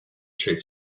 chief